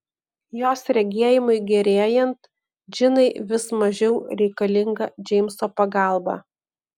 jos regėjimui gerėjant džinai vis mažiau reikalinga džeimso pagalba